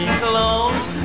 close